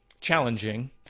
challenging